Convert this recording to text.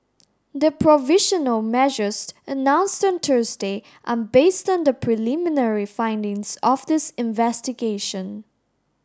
the provisional measures announced on Thursday are based on the preliminary findings of this investigation